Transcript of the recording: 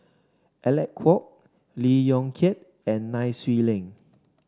Alec Kuok Lee Yong Kiat and Nai Swee Leng